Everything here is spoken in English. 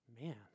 Man